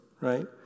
right